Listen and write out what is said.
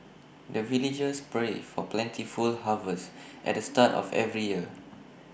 the villagers pray for plentiful harvest at the start of every year